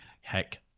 heck